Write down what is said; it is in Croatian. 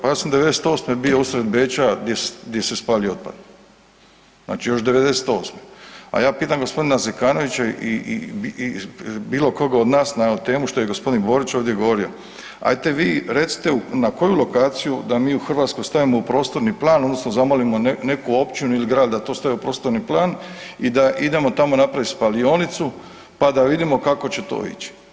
Pa ja sam '98. bio usred Beča gdje se spaljuje otpad, znači još '98., a ja pitam g. Zekanovića i bilokoga od nas na temu što je g. Borić ovdje govorio, ajte vi recite na koju lokaciju da mi u Hrvatskoj stavimo u prostorni plan odnosno zamolimo neku općinu ili grad da to stavi u prostorni plan i da idemo tamo napraviti spalionicu pa da vidimo kako će to ići?